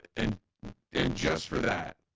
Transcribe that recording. and in just for that